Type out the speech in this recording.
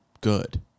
good